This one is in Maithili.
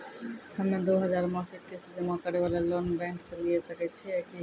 हम्मय दो हजार मासिक किस्त जमा करे वाला लोन बैंक से लिये सकय छियै की?